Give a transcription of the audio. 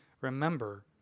remember